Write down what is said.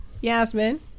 Yasmin